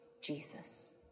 Jesus